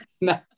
No